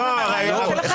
היחסית מצומצם של עיוות דין.